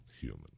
human